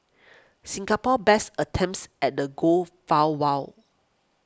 Singapore's best attempts at the goal fell well